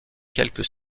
quelques